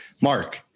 Mark